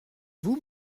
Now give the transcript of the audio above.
vous